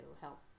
help